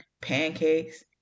Pancakes